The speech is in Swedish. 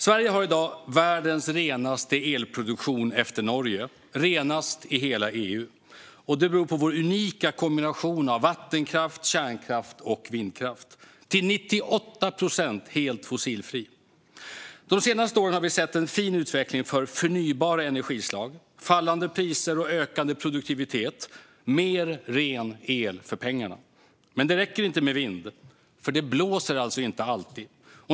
Sverige har i dag världens renaste elproduktion efter Norge, renast i hela EU. Det beror på vår unika kombination av vatten-, kärn och vindkraft, till 98 procent helt fossilfri. De senaste åren har vi sett en fin utveckling för förnybara energislag, med fallande priser och ökande produktivitet - mer ren el för pengarna. Men det räcker inte med vind, för det blåser inte alltid.